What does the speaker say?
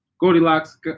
Goldilocks